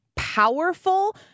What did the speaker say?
powerful